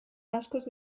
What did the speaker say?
askoz